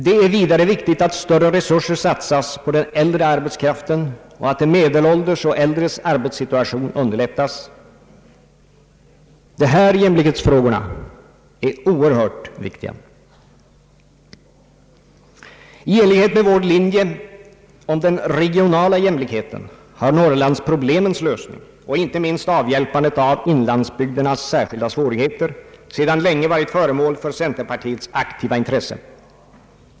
Det är vidare viktigt att större resurser satsas på den äldre arbetskraften och att de medelålders och äldres arbetssituation underlättas. De här jämlikhetsfrågorna är oerhört viktiga. I enlighet med vår linje om den regionala jämlikheten har Norrlandsproblemens lösning och inte minst avhjälpandet av inlandsbygdernas särskilda svårigheter sedan länge varit föremål för centerpartiets aktiva intresse.